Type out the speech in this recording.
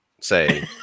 Say